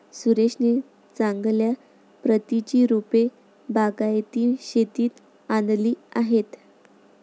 सुरेशने चांगल्या प्रतीची रोपे बागायती शेतीत आणली आहेत